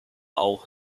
auch